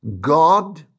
God